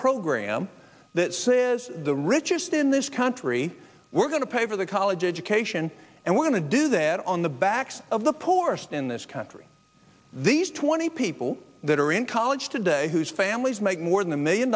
program that says the richest in this country we're going to pay for their college education and want to do that on the backs of the poorest in this country these twenty people that are in college today whose families make more than a million